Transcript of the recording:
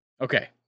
Okay